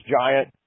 giant